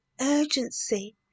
urgency